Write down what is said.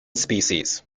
species